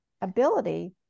ability